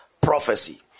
Prophecy